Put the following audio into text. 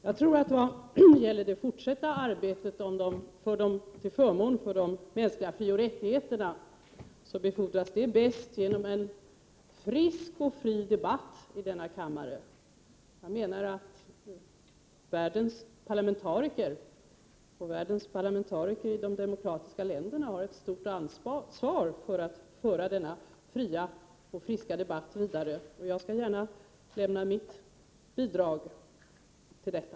Jag tror att det fortsatta arbetet till förmån för de mänskliga frioch rättigheterna befordras bäst genom en frisk och fri debatt i denna kammare. Världens parlamentariker i de demokratiska länderna har ett stort ansvar för att föra denna fria och friska debatt vidare, och jag skall gärna lämna mitt bidrag till detta.